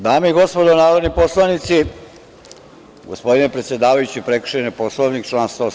Dame i gospodo narodni poslanici, gospodine predsedavajući, prekršen je Poslovnik član 107.